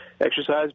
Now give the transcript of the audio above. exercise